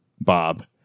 Bob